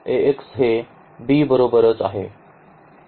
किंवा sorry Ax हे b बरोबरच आहे